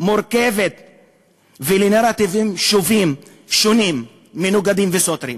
מורכבות ולנרטיבים שונים מנוגדים וסותרים,